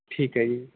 ਠੀਕ ਹੈ ਜੀ